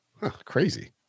Crazy